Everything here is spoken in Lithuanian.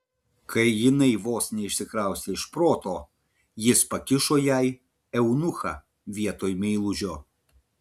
kai jinai vos neišsikraustė iš proto jis pakišo jai eunuchą vietoj meilužio